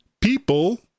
people